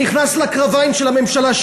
שנכנס לקרביים של הממשלה,